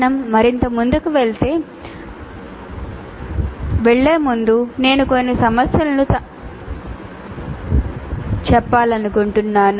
మేము మరింత ముందుకు వెళ్ళే ముందు నేను కొన్ని సమస్యలను తాకాలనుకుంటున్నాను